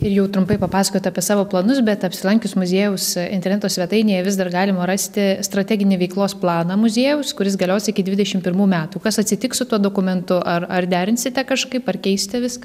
ir jau trumpai papasakojot apie savo planus bet apsilankius muziejaus interneto svetainėje vis dar galima rasti strateginį veiklos planą muziejaus kuris galios iki dvidešimt pirmų metų kas atsitiks su tuo dokumentu ar ar derinsite kažkaip ar keisite viską